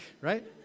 Right